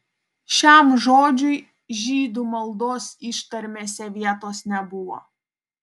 šiam žodžiui žydų maldos ištarmėse vietos nebuvo